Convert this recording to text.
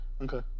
Okay